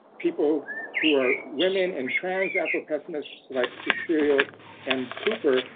people who are women and trans afropessimists like cecilio m. cooper,